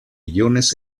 iones